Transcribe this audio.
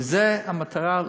וזו המטרה,